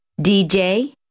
DJ